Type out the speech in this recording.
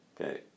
Okay